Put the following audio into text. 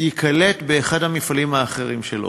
ייקלט באחד המפעלים האחרים של "אסם".